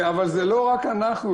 אבל זה לא רק אנחנו,